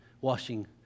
washing